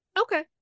okay